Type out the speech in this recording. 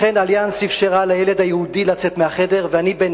לכן "אליאנס" אפשרה לילד היהודי לצאת מה"חדר" ואני בין